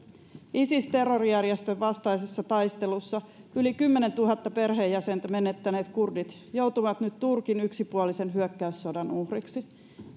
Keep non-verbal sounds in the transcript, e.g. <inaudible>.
isis terrorijärjestön vastaisessa taistelussa yli kymmenentuhatta perheenjäsentä menettäneet kurdit joutuvat nyt turkin yksipuolisen hyökkäyssodan uhreiksi <unintelligible>